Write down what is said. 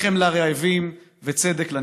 לחם לרעבים וצדק לנרדפים.